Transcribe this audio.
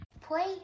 Play